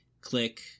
click